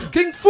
King